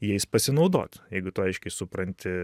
jais pasinaudot jeigu tu aiškiai supranti